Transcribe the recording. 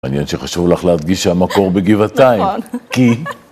מעניין שחשוב לך להדגיש שהמקור בגבעתיים, כי...